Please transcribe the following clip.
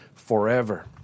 forever